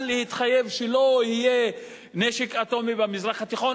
להתחייב שלא יהיה נשק אטומי במזרח התיכון.